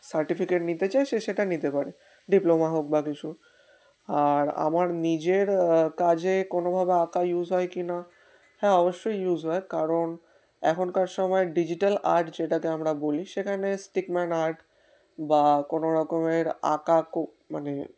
certificate নিতে চাই সে সেটা নিতে পারে ডিপ্লোমা হোক বা কিছু আর আমার নিজের কাজে কোনোভাবে আঁকা ইউজ হয় কি না হ্যাঁ অবশ্যই ইউজ হয় কারণ এখনকার সময় ডিজিটাল আর্ট যেটাকে আমরা বলি সেখানে স্টিকম্যান আর্ট বা কোনো রকমের আঁকা কো মানে